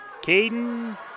Caden